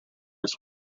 was